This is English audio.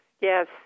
yes